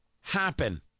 happen